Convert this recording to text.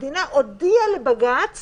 המדינה הודיעה לבג"ץ